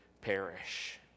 perish